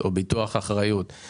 או ביטוח אחריות של רשויות מקומיות.